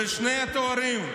ושני התארים,